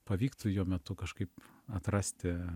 pavyktų jo metu kažkaip atrasti